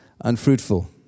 unfruitful